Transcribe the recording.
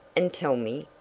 and tell me?